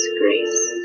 grace